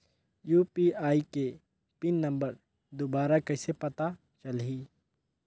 UPI के pin number दुबारा कइसे पता चलही?